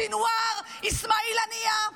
סנוואר, אסמאעיל הנייה,